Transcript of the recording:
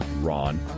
ron